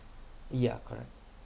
yeah correct